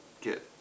get